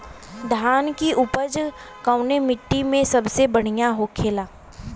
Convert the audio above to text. धान की उपज कवने मिट्टी में सबसे बढ़ियां होखेला?